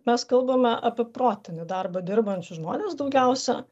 mes kalbame apie protinį darbą dirbančius žmones daugiausia